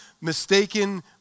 mistaken